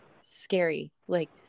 scary—like